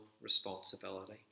responsibility